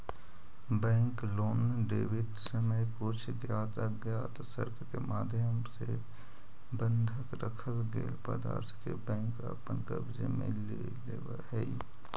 bank loan देवित समय कुछ ज्ञात अज्ञात शर्त के माध्यम से बंधक रखल गेल पदार्थ के बैंक अपन कब्जे में ले लेवऽ हइ